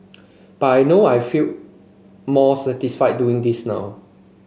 but I know I feel more satisfied doing this now